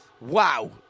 wow